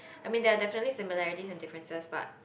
I mean there are definitely similarities and differences but